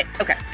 Okay